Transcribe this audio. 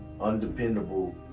undependable